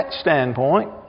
standpoint